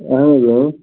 اَہن حظ